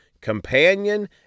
companion